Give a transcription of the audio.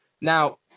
Now